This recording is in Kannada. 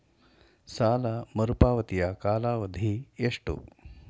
ಸಾಲ ಮರುಪಾವತಿಯ ಕಾಲಾವಧಿ ಎಷ್ಟು?